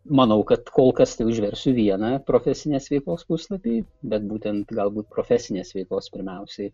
manau kad kol kas tai užversiu vieną profesinės veiklos puslapį bet būtent galbūt profesinės veikos pirmiausiai